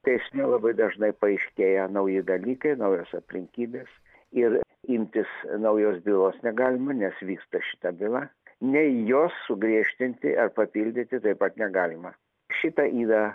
teisme labai dažnai paaiškėja nauji dalykai naujos aplinkybės ir imtis naujos bylos negalima nes vyksta šita byla nei jos sugriežtinti ar papildyti taip pat negalima šitą ydą